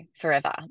forever